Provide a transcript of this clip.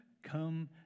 Come